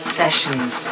sessions